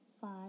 five